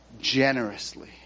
generously